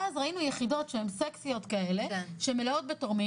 ואז ראינו יחידות שהן סקסיות כאלה שמלאות בתורמים,